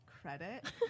Credit